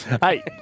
Hey